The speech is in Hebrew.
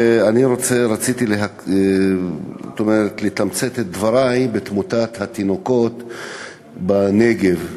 ואני רציתי למקד את דברי בתמותת התינוקות בנגב,